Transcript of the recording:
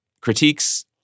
critiques